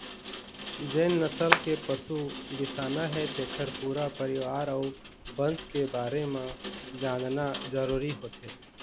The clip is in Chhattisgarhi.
जेन नसल के पशु बिसाना हे तेखर पूरा परिवार अउ बंस के बारे म जानना जरूरी होथे